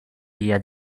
hija